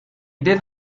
did